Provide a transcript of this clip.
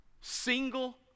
single